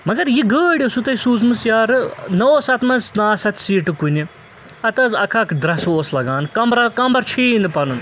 مگر یہِ گٲڑۍ ٲسوٕ تۄہہِ سوٗزمٕژ یارٕ نہ اوس اَتھ منٛز نہ آسہٕ اَتھ سیٖٹہٕ کُنہِ ہَتہٕ حظ اَکھ اَکھ درٛسہٕ اوس لَگان کَمرا کَمبَر چھُیی نہٕ پَنُن